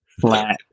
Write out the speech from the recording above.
flat